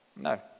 No